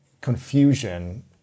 confusion